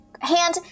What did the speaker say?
Hand